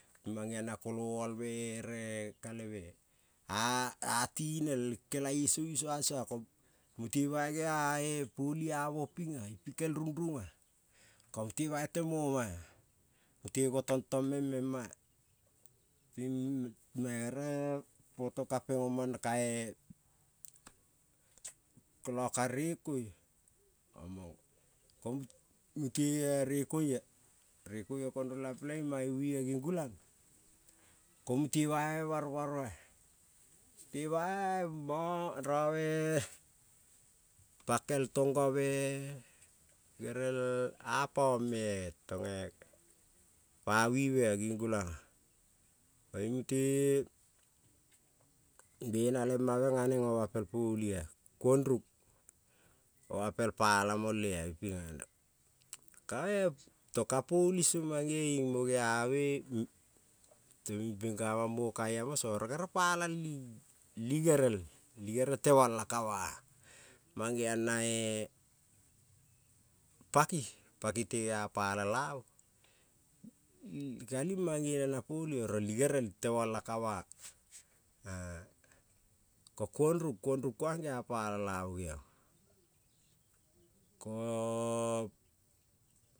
Mang-geong na koloae-me ere kale-me a tinel le kelaie song isua sue ko mute bai geae poli amo ping-a pikel rung range, ko mute bai temo-ma-a mute go tongtong meng mem-ma-a ping mae potokapeng omang kae kola kare koi omong, ko mute rekoi-a rekoi-o kondok peleng mae vive ging gulang, ko mute bai baro baro mute bai rave bakel tongave ere lapame tong pa vive ging gulang-a, koiung mut-e bena le-ma meng aneng oma pel poli-a kuondrung oma pel palo mole-a iping-a nae, kae tung ke poli song mang-geving mo geame ka mamo kai amo song oro gerel pala li gerel li gerel temol la kava, mang-geong nae paki paki te gea pala la-mo kaling mang-gene na poli oro li gerel tema la kava, ko kuondrung kuondrung kuang gea pala lamo geong ko.